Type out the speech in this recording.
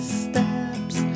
steps